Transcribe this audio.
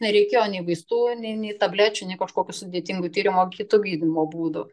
nereikėjo nei vaistų nei nei tablečių nei kažkokių sudėtingų tyrimųar kitų gydymo būdų